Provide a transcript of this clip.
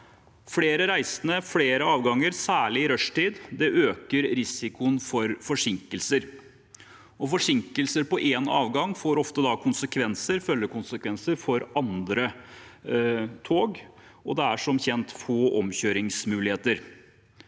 Flere reisende og flere avganger, særlig i rushtid, øker risikoen for forsinkelser. Forsinkelser på én avgang får ofte følgekonsekvenser for andre tog, og det er som kjent få omkjøringsmuligheter.